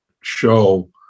show